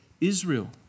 Israel